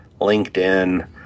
LinkedIn